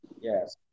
Yes